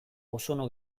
ozono